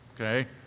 Okay